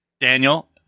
Daniel